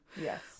yes